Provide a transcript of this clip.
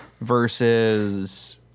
versus